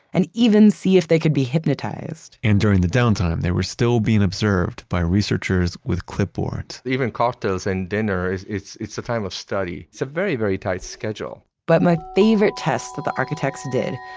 and even see if they could be hypnotized and during the downtime, they were still being observed by researchers with clipboards even cocktails and dinner, it's it's a time of study. it's a very, very tight schedule but my favorite test that the architects did,